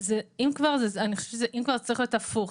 אם כבר, אני חושבת שזה צריך להיות הפוך.